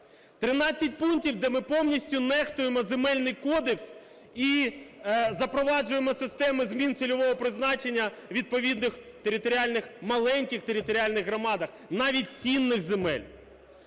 13 пунктів, де ми повністю нехтуємо Земельний кодекс і запроваджуємо системи змін цільового призначення у відповідних територіальних, в маленьких територіальних громадах, навіть цінних земель.